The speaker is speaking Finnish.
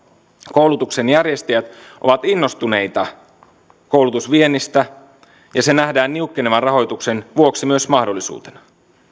koulutuksen järjestäjät ovat innostuneita koulutusviennistä ja se nähdään niukkenevan rahoituksen vuoksi myös mahdollisuutena